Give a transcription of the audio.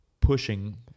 pushing